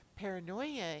Paranoia